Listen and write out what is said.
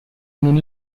non